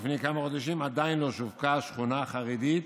עדיין לא שווקה שכונה חרדית